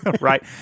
Right